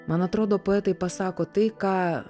man atrodo poetai pasako tai ką